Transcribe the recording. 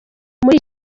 muri